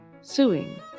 Suing